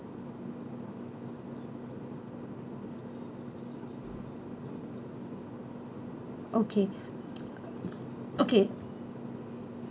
okay okay